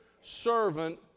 servant